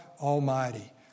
Almighty